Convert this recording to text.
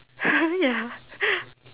ya